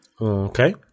Okay